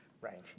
Right